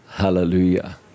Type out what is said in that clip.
Hallelujah